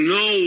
no